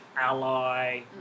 ally